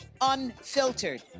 unfiltered